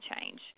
change